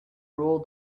rule